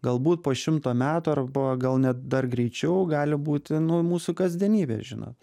galbūt po šimto metų arba gal net dar greičiau gali būti nu mūsų kasdienybė žinot